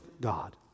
God